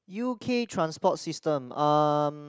U_K transport system um